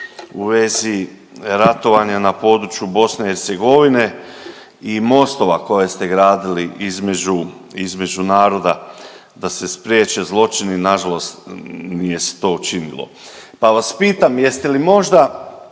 u vezi ratovanja na području BiH i mostova koje ste gradili između naroda da se spriječe zločini na žalost nije se to učinilo, pa vas pitam jeste li možda